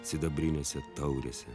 sidabrinėse taurėse